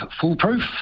foolproof